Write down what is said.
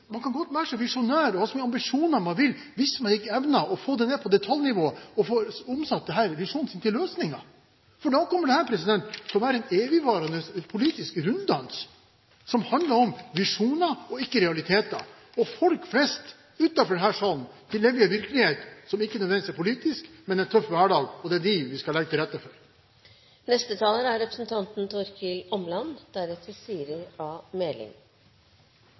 man ikke evner å få det ned på detaljnivå og få omsatt disse visjonene til løsninger, kommer dette til å være en evigvarende politisk runddans som handler om visjoner og ikke om realiteter. Folk flest utenfor denne salen lever i en virkelighet som ikke nødvendigvis er politisk, men som er en tøff hverdag. Og det er dem vi skal legge til rette for. Jeg har bare en liten kommentar til Eirik Sivertsens innlegg når det gjelder sikkerhetspolitikken, der han sier at han er